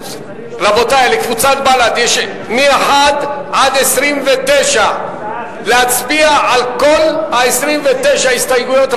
לקבוצת בל"ד יש מ-1 עד 29. להצביע על כל 29 ההסתייגויות,